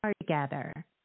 together